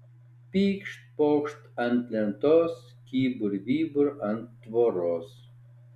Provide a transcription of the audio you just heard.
pykšt pokšt ant lentos kybur vybur ant tvoros